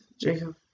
Jacob